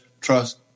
trust